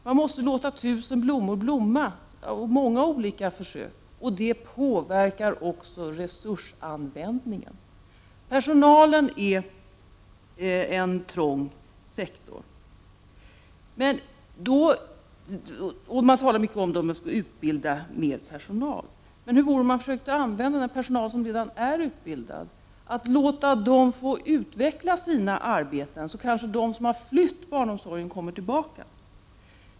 Man måste låta tusen blommor blomma, ha olika försöksverksamheter, vilket också påverkar resursanvändningen. Personalen är en trång sektor, och det talas mycket om att mer personal skall utbildas. Men hur vore det om man försökte använda den personal som redan är utbildad och att låta dessa människor få utveckla sina arbeten? Då kanske de som har flytt från barnomsorgen kommer tillbaka.